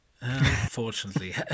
Unfortunately